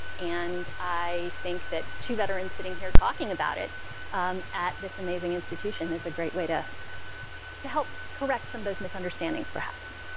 and i think that two veterans sitting here talking about it at this amazing institution is a great way to to help correct some those misunderstandings perhaps.